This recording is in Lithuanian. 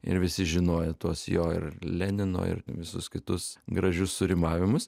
ir visi žinojo tuos jo ir lenino ir visus kitus gražius surimavimus